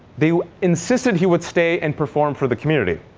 they insisted he would stay and perform for the community.